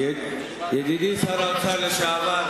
ידידי שר האוצר לשעבר,